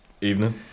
Evening